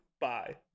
Bye